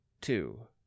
two